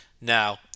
Now